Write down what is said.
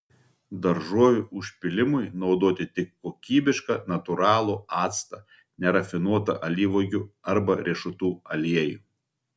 daržovių užpylimui naudoti tik kokybišką natūralų actą nerafinuotą alyvuogių arba riešutų aliejų